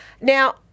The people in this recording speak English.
Now